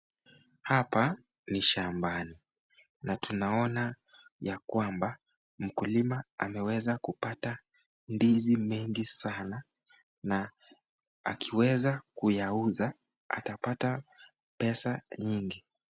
Hapa ni shambani na tunaona ya kwamba mkulima ameweza kupata ndizi mingi sana na akiweza kuyauza atapata pesa nyingi.